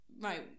right